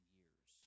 years